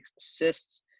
assists